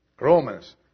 Romans